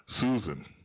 Susan